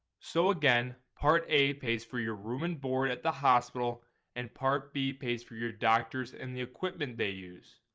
so again part a pays for your room and board at the hospital and part b pays for your doctors and the equipment they use.